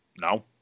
no